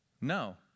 No